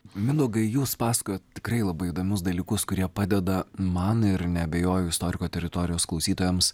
mindaugai jūs pasakojat tikrai labai įdomius dalykus kurie padeda man ir neabejoju istoriko teritorijos klausytojams